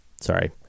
sorry